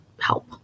help